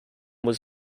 was